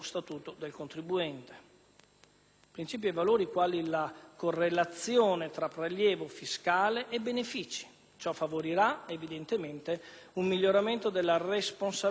Principi e valori quali la correlazione tra prelievo fiscale e benefici che favorirà un miglioramento della responsabilità amministrativa.